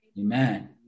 Amen